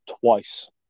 twice